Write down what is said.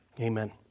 Amen